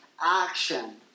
action